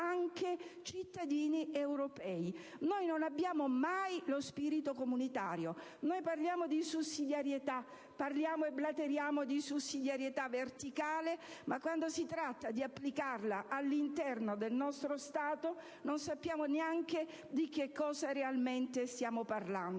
anche cittadini europei. Non abbiamo mai lo spirito comunitario. Parliamo e blateriamo di sussidiarietà verticale, ma quando si tratta di applicarla all'interno del nostro Stato non sappiamo neanche di che cosa realmente stiamo parlando.